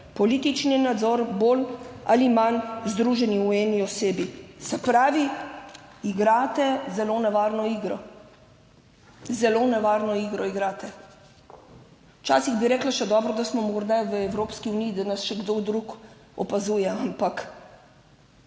Politični nadzor bolj ali manj združeni v eni osebi. Se pravi, igrate zelo nevarno igro. Zelo nevarno igro igrate. Včasih bi rekla, še dobro, da smo morda v Evropski uniji, da nas še kdo drug opazuje, ampak